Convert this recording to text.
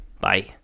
Bye